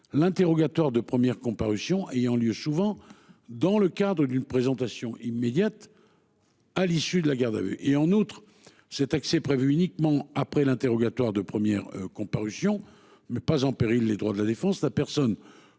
l'interrogatoire de première comparution ayant lieu souvent dans le cadre d'une présentation immédiate, à l'issue de la garde à vue. En outre, cet accès, prévu uniquement après l'interrogatoire de première comparution, ne met pas en péril les droits de la défense, la personne